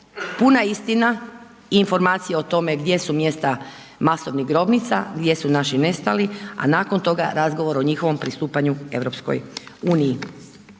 puna istina i informacije o tome gdje su mjesta masovnih grobnica, gdje su naši nestali, a nakon toga razgovor o njihovom pristupanju EU. Dakle, unatoč